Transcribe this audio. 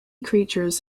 creatures